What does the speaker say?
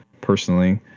personally